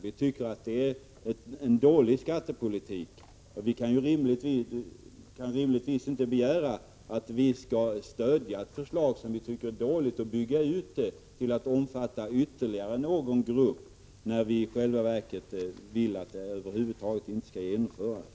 Vi tycker att det är en dålig skattepolitik, och vi kan rimligtvis inte stödja ett förslag som vi tycker är dåligt och bygga ut det till att omfatta ytterligare någon grupp, när vi i själva verket vill att det över huvud taget inte skall genomföras.